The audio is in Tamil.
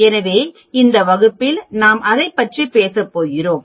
எனவே இந்த வகுப்பில் நாம் அதைப் பற்றி பேசப் போகிறோம்